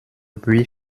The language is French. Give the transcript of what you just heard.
buis